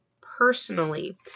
personally